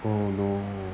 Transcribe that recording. oh no